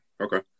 Okay